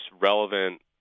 relevant